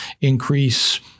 increase